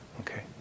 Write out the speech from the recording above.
Okay